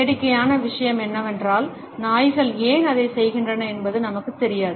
வேடிக்கையான விஷயம் என்னவென்றால் நாய்கள் ஏன் அதைச் செய்கின்றன என்பது நமக்குத் தெரியாது